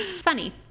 funny